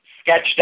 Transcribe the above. sketched